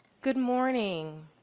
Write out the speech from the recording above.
good morning